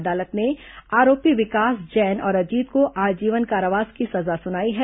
अदालत ने आरोपी विकास जैन और अजीत को आजीवन कारावास की सजा सुनाई है